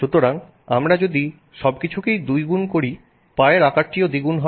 সুতরাং আমরা যদি সবকিছুকেই দ্বিগুণ করি পায়ের আকারটিও দ্বিগুণ হয়